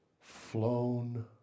flown